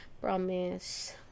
promise